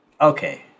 Okay